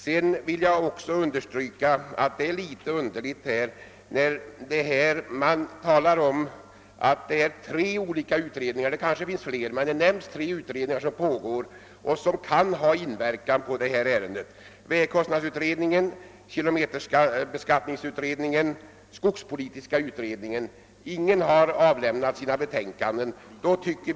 Jag vill också understryka att det nämns tre pågående utredningar — det kanske finns fler — vilkas resultat kan inverka på bedömningen av denna fråga, nämligen vägkostnadsutredningen, kilometerbeskattningsutredningen och skogspolitiska utredningen. Av dessa har kilometerbeskattningsutredningen nyligen avlämnat sitt betänkande.